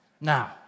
Now